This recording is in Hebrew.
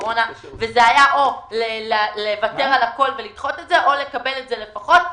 זה היה או לוותר על הכול ולדחות את זה או לקבל את זה לפחות.